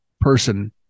person